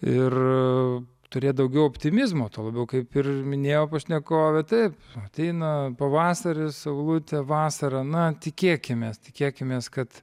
ir turėt daugiau optimizmo tuo labiau kaip ir minėjo pašnekovė taip ateina pavasaris saulutė vasarą na tikėkimės tikėkimės kad